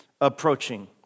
approaching